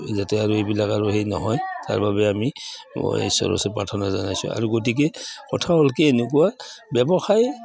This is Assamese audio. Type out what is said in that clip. যাতে আৰু এইবিলাক আৰু সেই নহয় তাৰ বাবে আমি এই ঈশ্বৰৰ ওচৰত প্ৰাৰ্থনা জনাইছোঁ আৰু গতিকে কথা হ'ল কি এনেকুৱা ব্যৱসায়